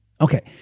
Okay